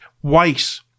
white